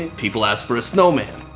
people ask for a snowman.